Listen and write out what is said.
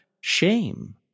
shame